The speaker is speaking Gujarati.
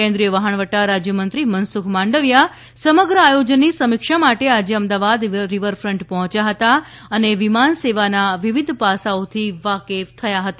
કેન્દ્રિય વહાણવટા રાજ્ય મંત્રી મનસુખ માંડવિયા સમગ્ર આયોજનની સમિક્ષા માટે આજે અમદાવાદ રિવરફ્રંટ પહોંચ્યા હતા અને વિમાન સેવાના વિવિધ પાસાઓથી વાકેફ થયા હતા